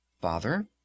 Father